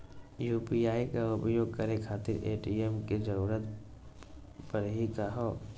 UPI के उपयोग करे खातीर ए.टी.एम के जरुरत परेही का हो?